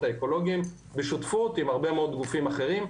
האקולוגים בשותפות עם הרבה מאוד גופים אחרים,